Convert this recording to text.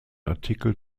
artikel